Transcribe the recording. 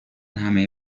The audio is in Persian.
همهی